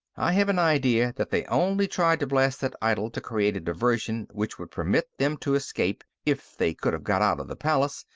i have an idea that they only tried to blast that idol to create a diversion which would permit them to escape if they could have got out of the palace,